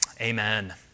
Amen